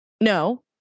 No